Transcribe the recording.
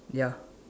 ya